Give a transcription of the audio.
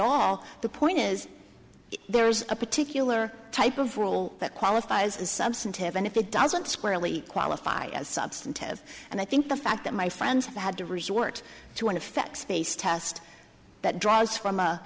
all the point is there's a particular type of role that qualifies as substantive and if it doesn't squarely qualify as substantive and i think the fact that my friend had to resort to an effects based test that draws from